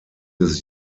des